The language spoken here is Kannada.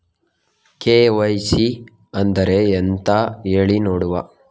ಕೆ.ವೈ.ಸಿ ಅಂದ್ರೆ ಎಂತ ಹೇಳಿ ನೋಡುವ?